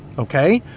okay,